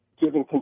giving